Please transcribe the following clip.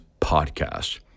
podcast